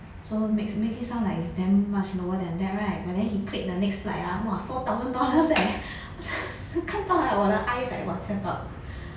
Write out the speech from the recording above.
so makes makes it sound like it's damn much lower than that right but then he clicked the next slide ah !wah! four thousand dollars eh 看到 liao 我的 eyes like !wah! 吓到了